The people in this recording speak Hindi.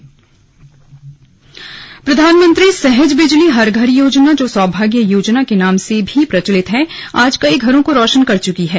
स्लग पीएम सहज बिजली हर घर योजना प्रधानमंत्री सहज बिजली हर घर योजना जो सौभाग्य योजना के नाम से भी प्रचलित है आज कई घरों को रोशन कर चुकी है